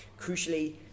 Crucially